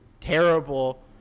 terrible